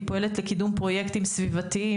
היא פועלת לקידום פרויקטים סביבתיים,